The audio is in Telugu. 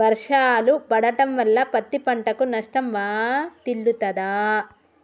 వర్షాలు పడటం వల్ల పత్తి పంటకు నష్టం వాటిల్లుతదా?